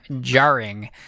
jarring